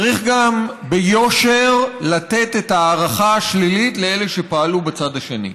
צריך גם ביושר לתת את ההערכה השלילית לאלה שפעלו בצד השני.